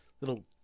little